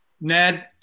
Ned